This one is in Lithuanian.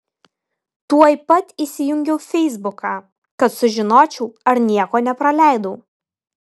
tuoj pat įsijungiau feisbuką kad sužinočiau ar nieko nepraleidau